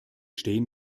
stehen